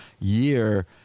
year